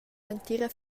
l’entira